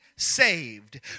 saved